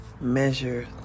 measure